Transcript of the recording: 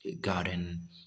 garden